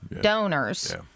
donors